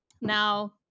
Now